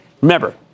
Remember